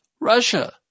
Russia